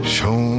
Show